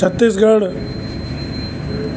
Chhattisgarh